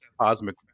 cosmic